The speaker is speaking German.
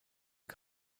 die